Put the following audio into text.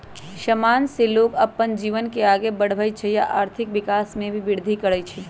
समान से लोग अप्पन जीवन के आगे बढ़वई छई आ आर्थिक विकास में भी विर्धि करई छई